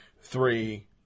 three